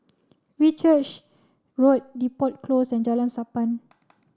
Whitchurch Road Depot Close and Jalan Sappan